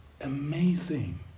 amazing